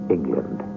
England